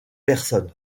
personnes